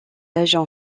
agent